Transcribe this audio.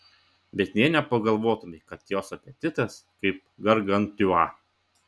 bet nė nepagalvotumei kad jos apetitas kaip gargantiua